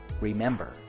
Remember